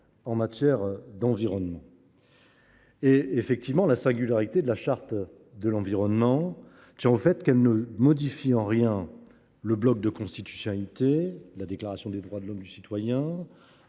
en matière d’environnement. La singularité de la Charte de l’environnement tient au fait qu’elle ne modifie en rien le bloc de constitutionnalité, la Déclaration des droits de l’homme et du citoyen,